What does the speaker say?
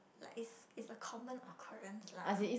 like is is a common occurrence lah